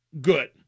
good